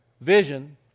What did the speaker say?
vision